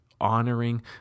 honoring